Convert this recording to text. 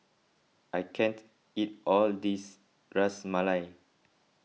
I can't eat all of this Ras Malai